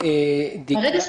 בבקשה.